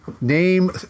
name